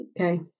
okay